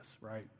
right